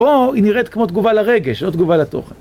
פה היא נראית כמו תגובה לרגש, לא תגובה לתוכן.